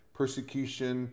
persecution